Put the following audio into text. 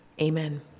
amen